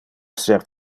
esser